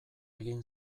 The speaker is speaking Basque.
egin